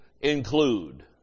include